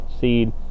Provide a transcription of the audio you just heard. seed